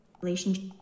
Relationship